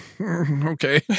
okay